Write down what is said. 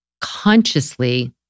consciously